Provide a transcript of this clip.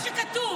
אבל זה מה שכתוב.